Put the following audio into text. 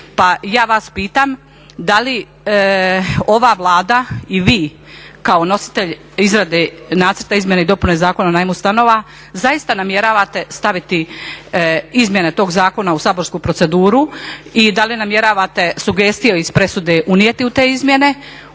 Pa ja vas pitam da li ova Vlada i vi kao nositelj izrade nacrta izmjena i dopuna Zakona o najmu stanova zaista namjeravate staviti izmjene tog zakona u saborsku proceduru i da li namjeravate sugestije iz presude unijeti u te izmjene?